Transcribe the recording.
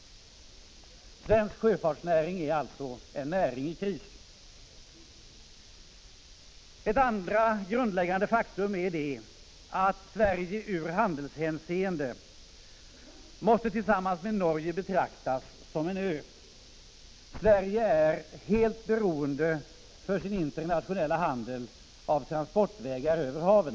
Svensk sjöfartsnäring är alltså en näring i kris. Ett andra grundläggande faktum är att Sverige i handelshänseende, tillsammans med Norge, måste betraktas som en ö. Sverige är för sin internationella handel helt beroende av transportvägar över haven.